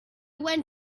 went